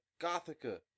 Gothica